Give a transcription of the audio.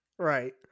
right